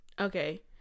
Okay